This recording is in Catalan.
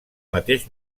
mateix